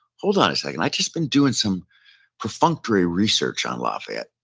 hold on a second. i've just been doing some perfunctory research on lafayette.